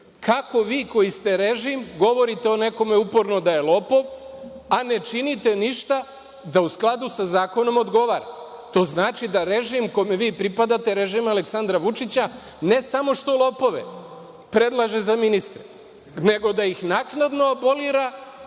Kako vi koji ste režim govorite o nekome uporno da je lopov, a ne činite ništa da u skladu sa zakonom odgovara. To znači da režim kome vi pripadate, režim Aleksandra Vučića ne samo što lopove predlaže za ministre nego da ih naknadno abolira